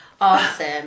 Awesome